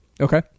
Okay